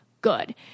good